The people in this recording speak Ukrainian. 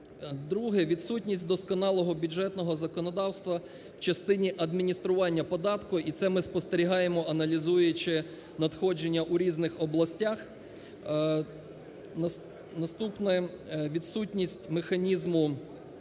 Друге. Відсутність досконалого бюджетного законодавства в частині адміністрування податку, і це ми спостерігаємо, аналізуючи надходження в різних областях. Наступне. Відсутність механізму